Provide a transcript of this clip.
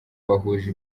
bahuje